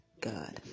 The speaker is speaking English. God